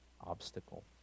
obstacle